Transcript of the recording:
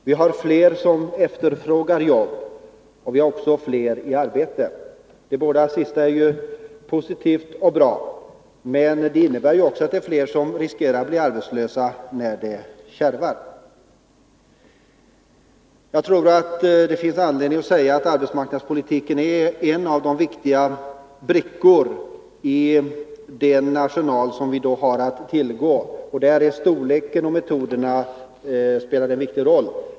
Vi har fler som efterfrågar jobb, och vi har fler i arbete — något som båda delarna är positivt och bra. Men det innebär också att det är fler som riskerar att bli arbetslösa när det kärvar. Jag tror att det finns anledning att säga att arbetsmarknadspolitiken då är ett viktigt medel i den arsenal som vi har att tillgå. Storleken på insatserna och metoderna spelar en viktig roll.